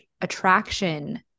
attraction